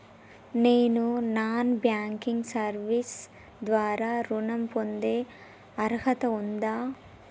నేను non banking service ద్వారా ఋణం పొందే అర్హత ఉందా?